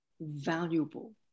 valuable